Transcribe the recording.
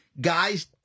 guys